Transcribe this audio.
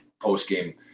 postgame